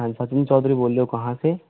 सचिन चौधरी बोल रहे हो कहाँ से